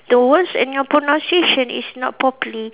the words and your pronunciation is not properly